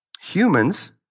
Humans